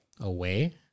away